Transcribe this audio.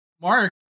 Mark